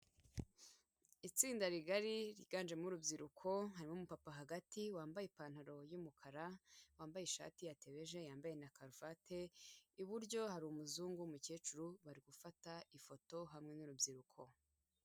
Itsinda rigari ryiganjemo urubyiruko, harimo umupapa hagati wambaye ipantaro y'umukara, wambaye ishati yatabeje, wambaye na karuvati, iburyo hari umuzungu w'umukecuru bari gufata ifoto hamwe n'urubyiruko.